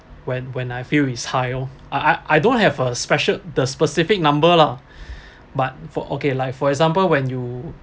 when when I feel it's high I I don't have a special the specific number lah but for okay like for example when you